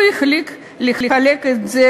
הוא החליט לחלק את זה,